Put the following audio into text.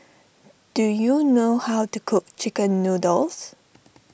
do you know how to cook Chicken Noodles